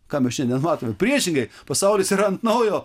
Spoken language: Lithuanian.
ką mes šiandien matome priešingai pasaulis yra ant naujo